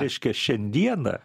reiškia šiandieną